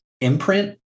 imprint